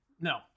No